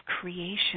creation